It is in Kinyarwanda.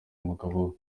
umugabo